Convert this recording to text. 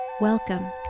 Welcome